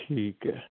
ਠੀਕ ਐ